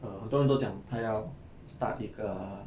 err 很多人都讲他要 start 一个